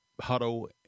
Huddle